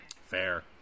Fair